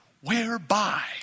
Whereby